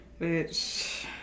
Bitch